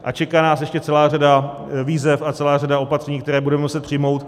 A čeká nás ještě celá řada výzev a celá řada opatření, která budeme muset přijmout.